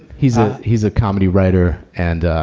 he's a he's a comedy writer. and,